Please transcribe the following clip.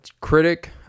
Critic